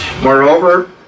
Moreover